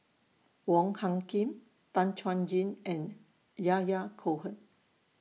Wong Hung Khim Tan Chuan Jin and Yahya Cohen